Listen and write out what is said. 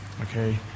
okay